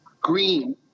green